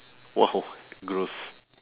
!wow! gross